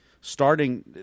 Starting